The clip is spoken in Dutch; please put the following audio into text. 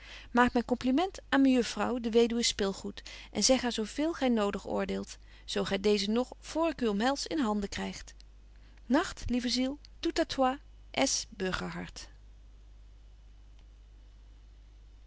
maak myn compliment aan mejuffrouw de weduwe spilgoed en zeg haar zo veel gy nodig oordeelt zo gy deezen nog vr ik u omhels in handen krygt nagt lieve ziel